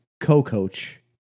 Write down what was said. co-coach